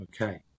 Okay